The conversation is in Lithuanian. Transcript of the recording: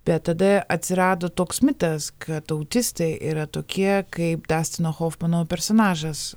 bet tada atsirado toks mitas kad autistai yra tokie kaip dastino hofmano personažas